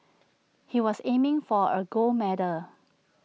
he was aiming for A gold medal